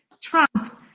Trump